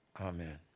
Amen